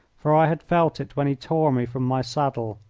for i had felt it when he tore me from my saddle.